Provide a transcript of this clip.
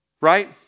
Right